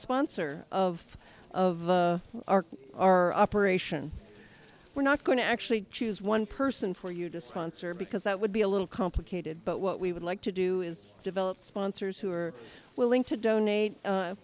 sponsor of of our operation we're not going to actually choose one person for you to sponsor because that would be a little complicated but what we would like to do is develop sponsors who are willing to donate